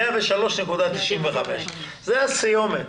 זאת הסיומת.